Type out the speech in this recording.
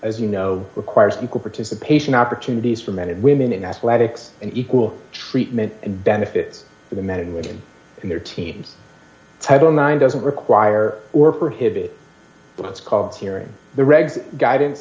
as you know requires equal participation opportunities for men and women in athletics and equal treatment and benefits for the men and women and their teams title nine doesn't require or her hit it but it's cause hearing the regs guidance